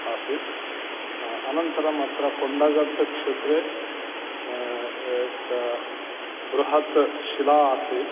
आसीत् अनन्तरम् अत्र कुण्डलटिकः क्षेत्रे एका बृहत् शिला आसीत्